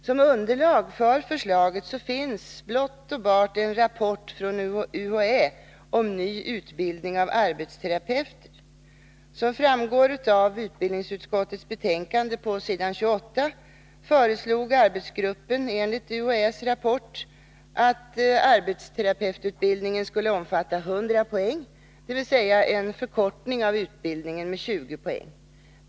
Som underlag för förslaget finns blott och bart en rapport från UHÄ om ny utbildning av arbetsterapeuter. Som framgår av utbildningsutskottets betänkande på s. 28 föreslog arbetsgruppen enligt UHÄ:s rapport att arbetsterapeututbildningen skulle omfatta 100 poäng, dvs. en förkortning av utbildningstiden med 20 poäng.